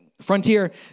Frontier